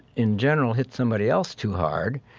in general, hit somebody else too hard,